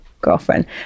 girlfriend